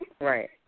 Right